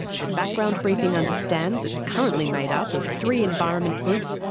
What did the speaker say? but background briefing understands it is currently made up of three environment groups,